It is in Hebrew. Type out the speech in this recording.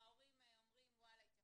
ההורים אומרים, וואלה התייחסו.